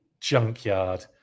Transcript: junkyard